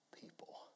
people